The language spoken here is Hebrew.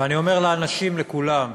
ואני אומר לאנשים, לכולם: